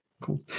Cool